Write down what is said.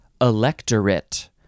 electorate